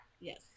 Yes